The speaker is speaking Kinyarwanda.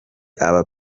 aba